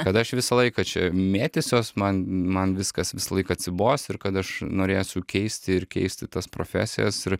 kad aš visą laiką čia mėtysiuos man man viskas visąlaik atsibos ir kad aš norėsiu keisti ir keisti tas profesijas ir